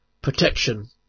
Protection